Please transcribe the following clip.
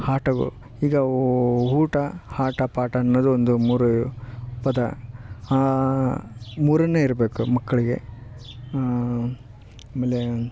ಆಟಗಳು ಈಗ ಊಟ ಆಟ ಪಾಠ ಅನ್ನೋದು ಒಂದು ಮೂರು ಪದ ಮೂರನ್ನೇ ಇರಬೇಕು ಮಕ್ಕಳಿಗೆ ಆಮೇಲೆ